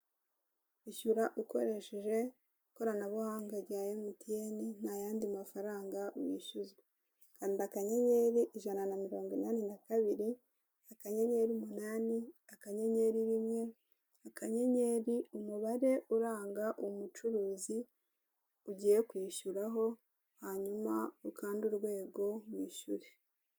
Ishyura ukoresheje ikoranabuhanga rya emutiyene nta yandi mafaranga wishyuzwa. Kanda akanyenyeri ijana na mirongo inani na kabiri, akanyenyeri umunani, akanyenyeri rimwe, akanyenyeri umubare uranga umucuruzi ugiye kwishyuraho, hanyuma ukande urwego wishyure.